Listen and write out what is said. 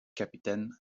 capitaine